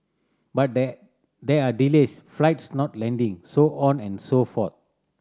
but there there are delays flights not landing so on and so forth